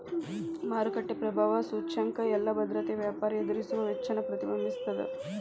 ಮಾರುಕಟ್ಟೆ ಪ್ರಭಾವ ಸೂಚ್ಯಂಕ ಎಲ್ಲಾ ಭದ್ರತೆಯ ವ್ಯಾಪಾರಿ ಎದುರಿಸುವ ವೆಚ್ಚವನ್ನ ಪ್ರತಿಬಿಂಬಿಸ್ತದ